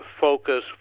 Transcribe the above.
focus